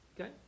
Okay